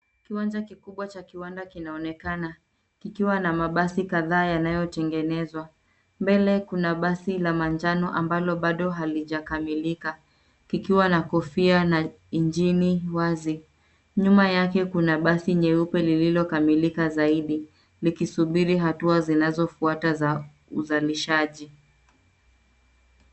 Kiwanja kikubwa cha kiwanda kinaonekana, kikiwa na mabasi kadhaa yanayotengenezwa. Mbele kuna basi la manjano ambalo bado halijakamilika, kikiwa na kofia na ingini wazi. Nyuma yake kuna basi nyeupe lililokamilika zaidi, likisubiri hatua zinazofuata za uzanishaji.